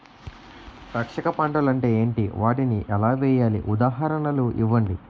రక్షక పంటలు అంటే ఏంటి? వాటిని ఎలా వేయాలి? ఉదాహరణలు ఇవ్వండి?